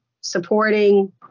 supporting